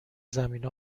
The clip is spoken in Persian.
زمینه